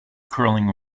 curling